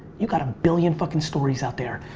you got a billion fucking stories out there.